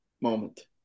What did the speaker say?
moment